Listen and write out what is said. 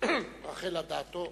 רחל אדטו.